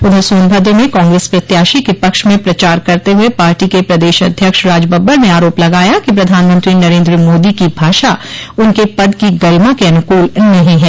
उधर सोनभद्र में कांग्रेस प्रत्याशी के पक्ष में प्रचार करते हुए पार्टी के प्रदेश अध्यक्ष राजबब्बर ने आरोप लगाया कि प्रधानमंत्री नरेन्द्र मोदी की भाषा उनके पद की गरिमा के अनुकूल नहीं हैं